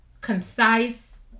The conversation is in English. Concise